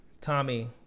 tommy